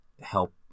help